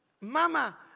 mama